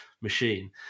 machine